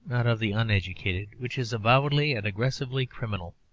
not of the uneducated, which is avowedly and aggressively criminal.